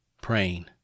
praying